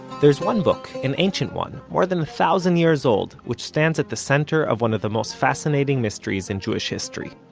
there's one book, an ancient one, more than a thousand years old, which stands at the center of one of the most fascinating mysteries in jewish history.